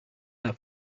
that